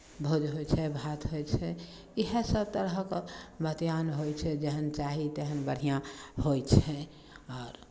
भोज होइ छै भात होइ छै इएहसभ तरहक बतिआन होइ छै जेहन चाही तेहन बढ़िआँ होइ छै आओर